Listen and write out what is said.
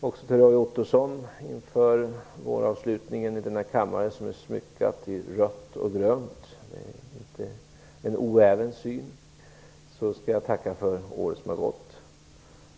Också till Roy Ottosson, inför våravslutningen i denna kammare som är smyckad i rött och grönt - inte en oäven syn - vill jag säga tack för det år som har gått.